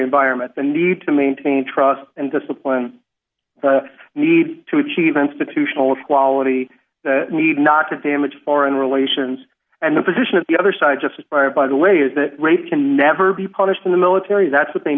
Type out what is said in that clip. environment the need to maintain trust and discipline need to achieve institutional equality need not to damage foreign relations and the position of the other side just by by the way is that rape can never be punished in the military that's what they